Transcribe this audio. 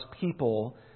people